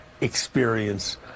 experience